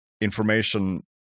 information